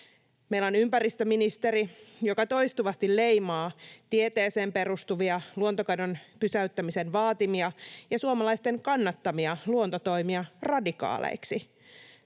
Meillä on ympäristöministeri, joka toistuvasti leimaa tieteeseen perustuvia luontokadon pysäyttämisen vaatimia ja suomalaisten kannattamia luontotoimia radikaaleiksi.